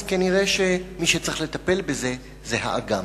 אז כנראה מי שצריך לטפל בזה זה האג"מ.